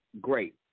great